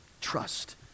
Trust